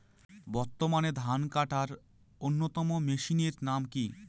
বর্তমানে ধান কাটার অন্যতম মেশিনের নাম কি?